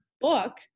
book